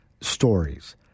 stories